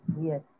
yes